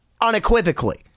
unequivocally